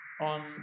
on